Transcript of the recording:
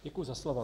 Děkuji za slovo.